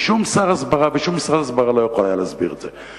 ושום שר הסברה ושום משרד הסברה לא יכול היה להסביר את זה.